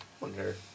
wonder